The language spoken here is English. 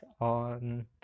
on